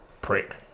Prick